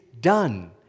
done